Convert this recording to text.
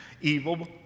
evil